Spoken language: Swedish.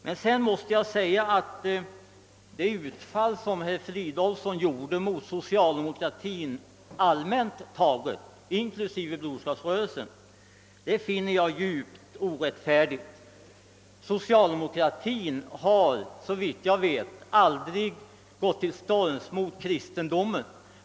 Sedan måste jag säga att jag finner herr Fridolfssons i Stockholm utfall mot socialdemokratin i allmänhet inklusive Broderskapsrörelsen djupt orättfärdigt. Socialdemokratin har såvitt jag vet aldrig gått till storms mot kristendomen.